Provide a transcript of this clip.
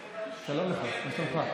20 שניות.